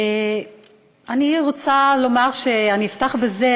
אני אפתח בזה,